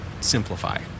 simplify